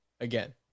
again